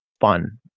fun